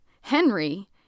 Henry